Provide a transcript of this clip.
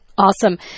Awesome